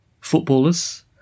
footballers